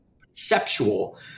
conceptual